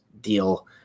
deal